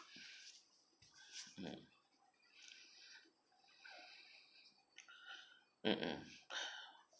mm mm mm